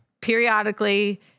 Periodically